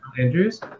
Andrews